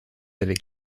avec